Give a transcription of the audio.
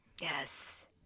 Yes